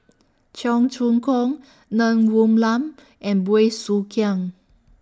Cheong Choong Kong Ng Woon Lam and Bey Soo Khiang